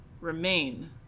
remain